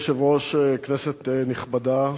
אדוני היושב-ראש, כנסת נכבדה,